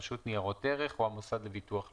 רשות ניירות ערך או המוסד לביטוח לאומי.